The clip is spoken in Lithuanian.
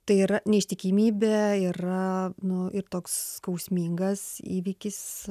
tai yra neištikimybė yra nu ir toks skausmingas įvykis